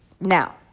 Now